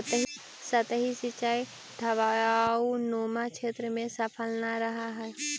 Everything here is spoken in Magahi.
सतही सिंचाई ढवाऊनुमा क्षेत्र में सफल न रहऽ हइ